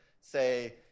say